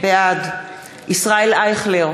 בעד ישראל אייכלר,